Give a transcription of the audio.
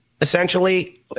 essentially